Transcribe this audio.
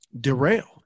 derailed